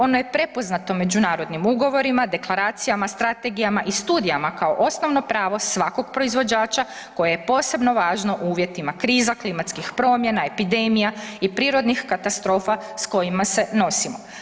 Ona je prepoznata u međunarodnim ugovorima, deklaracijama, strategijama i studijama kao osnovno pravo svakog proizvođača koje je posebno važno u uvjetima kriza, klimatskih promjena, epidemija i prirodnih katastrofa s kojima se nosimo.